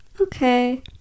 okay